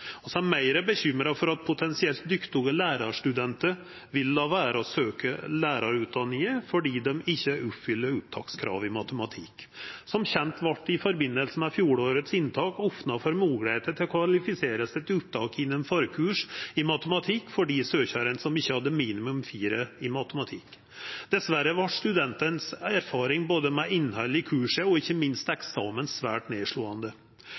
er meir bekymra for at potensielt dyktige lærarstudentar vil la vera å søkja lærarutdanning fordi dei ikkje oppfyller opptakskravet i matematikk. Som kjent vart det i forbindelse med fjorårets inntak opna for moglegheit til å kvalifisera seg til opptak gjennom forkurs i matematikk for dei søkjarane som ikkje hadde minimum 4 i matematikk. Dessverre var studentane si erfaring både med innhaldet i kursa og ikkje minst med eksamen svært nedslåande.